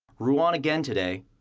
rouen again today.